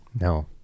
No